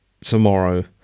tomorrow